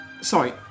Sorry